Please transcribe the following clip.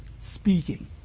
speaking